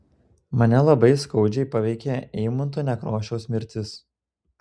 mane labai skaudžiai paveikė eimunto nekrošiaus mirtis